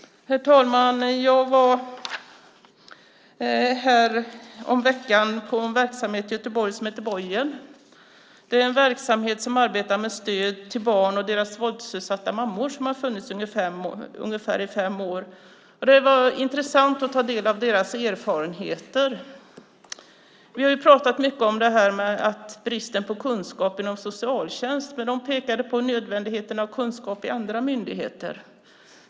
Herr talman! Jag besökte häromveckan en verksamhet i Göteborg som heter Bojen. Det är en verksamhet som arbetar med stöd till barn och deras våldsutsatta mammor och som har funnits i ungefär fem år. Det var intressant att ta del av deras erfarenheter. Vi har ju pratat mycket om att bristen på kunskap inom socialtjänsten, men de pekade på nödvändigheten av kunskap hos andra myndigheter.